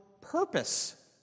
purpose